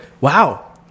wow